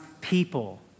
people